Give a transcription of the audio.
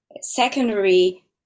Secondary